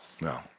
No